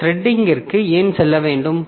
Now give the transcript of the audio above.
இந்த த்ரெடிங்கிற்கு ஏன் செல்ல வேண்டும்